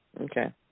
Okay